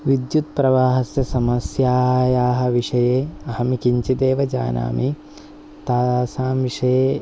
विद्युत्प्रवाहस्य समस्यायाः विषये अहं किञ्चिदेव जानामि तासां विषये